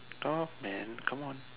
talk man come on